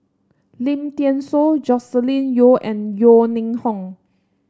Lim Thean Soo Joscelin Yeo and Yeo Ning Hong